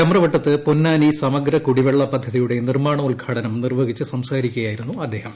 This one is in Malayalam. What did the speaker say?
ചമ്രവട്ടത്ത് പൊന്നാനി സമഗ്ര കുടിവെള്ള പദ്ധതിയുടെ നിർമാണോദ്ഘാടനം നിർവഹിച്ച് സംസാരിക്കുകയായിരുന്നു അദ്ദേഹം